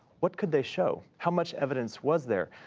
what could they show? how much evidence was there?